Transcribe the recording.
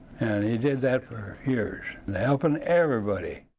he did that for years, and helping everybody.